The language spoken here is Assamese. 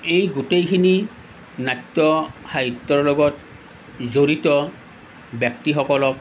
এই গোটইখিনি নাট্য সাহিত্যৰ লগত জড়িত ব্যক্তিসকলক